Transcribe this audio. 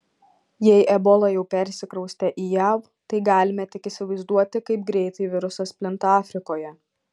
jei ebola jau persikraustė į jav tai galime tik įsivaizduoti kaip greitai virusas plinta afrikoje